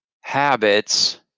Habits